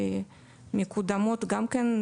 התוכניות האלה מקודמות גם כן,